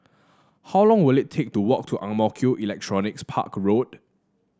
how long will it take to walk to Ang Mo Kio Electronics Park Road